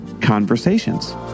conversations